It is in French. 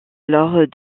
alors